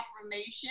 affirmation